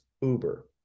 Uber